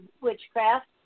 witchcraft